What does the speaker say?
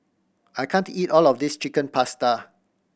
I can't eat all of this Chicken Pasta